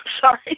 sorry